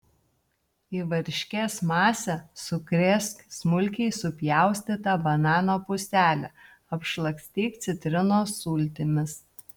į varškės masę sukrėsk smulkiai supjaustytą banano puselę apšlakstyk citrinos sultimis